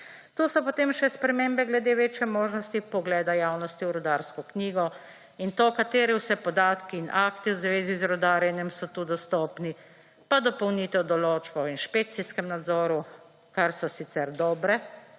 Tu so potem še spremembe glede večje možnosti vpogleda javnosti v rudarsko knjigo in to, kateri vse podatki in akti v zvezi z rudarjenjem so tu dostopni, pa dopolnitev določb o inšpekcijskem nadzoru, ki so sicer dobre,